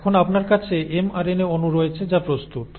এখন আপনার কাছে এমআরএনএ অণু রয়েছে যা প্রস্তুত